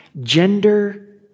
gender